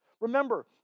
Remember